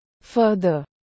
Further